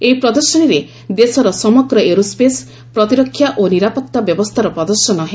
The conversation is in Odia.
ଏହି ପ୍ରଦର୍ଶନୀରେ ଦେଶର ସମଗ୍ର ଏରୋସ୍େସ୍ ପ୍ରତୀରକ୍ଷା ଓ ନିରାପତ୍ତା ବ୍ୟବସ୍ଥାର ପ୍ରଦର୍ଶନ ହେବ